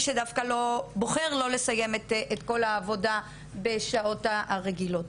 שבוחר לא לסיים את כל העבודה בשעות הרגילות.